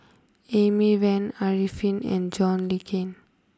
Amy Van Arifin and John Le Cain